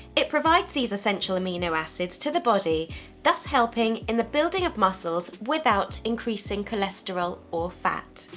it provides these essential amino acids to the body thus helping in the building of muscles without increasing cholesterol or fat.